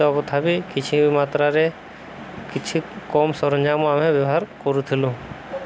ତ ତଥାପି କିଛି ମାତ୍ରାରେ କିଛି କମ୍ ସରଞ୍ଜାମ ଆମେ ବ୍ୟବହାର କରୁଥିଲୁ